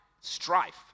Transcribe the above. strife